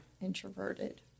introverted